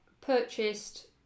purchased